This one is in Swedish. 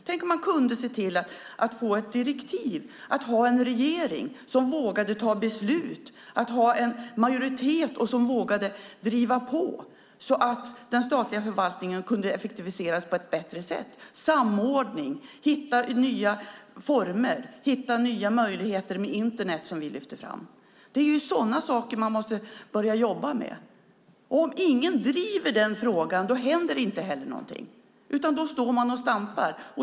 Tänk om man kunde se till att få ett direktiv, om man hade en regering som vågade ta beslut och en majoritet som vågade driva på så att den statliga förvaltningen kunde effektiviseras på ett bättre sätt. Det handlar om samordning, att hitta nya former och att hitta nya möjligheter med Internet, vilket vi lyfter fram. Det är sådana saker man måste börja jobba med. Om ingen driver denna fråga händer heller ingenting, utan då står man och stampar.